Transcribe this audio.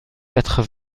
quatre